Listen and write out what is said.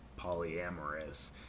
polyamorous